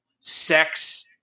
sex